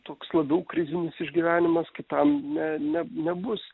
toks labiau krizinis išgyvenimas kitam ne ne nebus